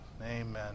Amen